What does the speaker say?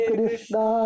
Krishna